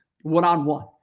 one-on-one